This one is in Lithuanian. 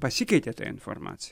pasikeitė ta informacija